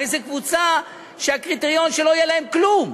הרי זו קבוצה שהקריטריון, שלא יהיה להם כלום,